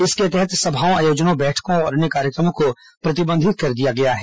इसके तहत सभाओं आयोजनों बैठकों और अन्य कार्यक्रमों को प्रतिबंधित कर दिया गया है